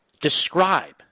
describe